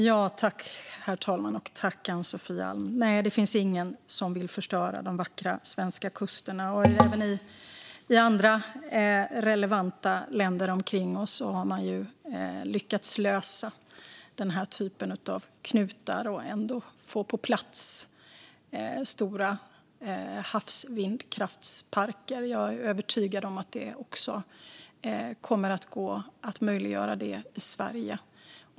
Herr talman och Ann-Sofie Alm! Nej, det finns ingen som vill förstöra de vackra svenska kusterna. Även i andra relevanta länder omkring oss har man lyckats lösa den här typen av knutar och ändå få stora havsvindkraftsparker på plats. Jag är övertygad om att detta kommer att möjliggöras även i Sverige.